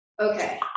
okay